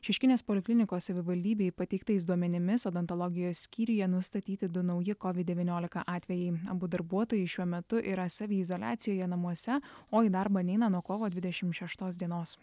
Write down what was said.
šeškinės poliklinikos savivaldybei pateiktais duomenimis odontologijos skyriuje nustatyti du nauji covid devyniolika atvejai abu darbuotojai šiuo metu yra saviizoliacijoje namuose o į darbą neina nuo kovo dvidešimt šeštos dienos